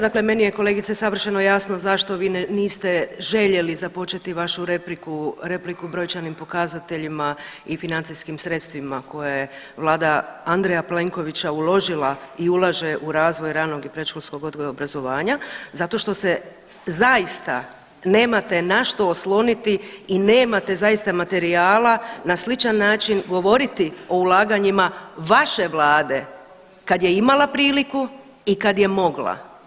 Dakle, meni je kolegice savršeno jasno zašto vi niste željeli započeti vašu repliku brojčanim pokazateljima i financijskim sredstvima koje Vlada Andreja Plenkovića uložila i ulaže u razvoj ranog i predškolskog odgoja i obrazovanja zato što se zaista nemate na što osloniti i nemate zaista materijala na sličan način govoriti o ulaganjima vaše vlade kad je imala priliku i kad je mogla.